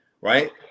Right